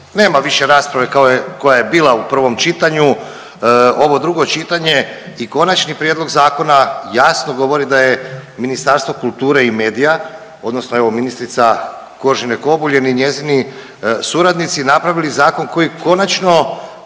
Nema više rasprave koja je bila u prvom čitanju. Ovo drugo čitanje i konačni prijedlog zakona jasno govori da je Ministarstvo kulture i medije odnosno evo ministrica Koržinek Obuljen i njezini suradnici napravili zakon koji konačno